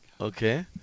Okay